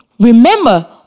Remember